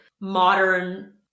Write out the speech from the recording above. modern